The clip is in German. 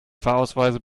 fahrausweise